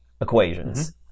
equations